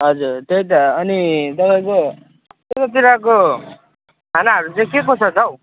हजुर त्यही त अनि तपाईँको त्यतातिरको खानाहरू चाहिँ के कसो छ हौ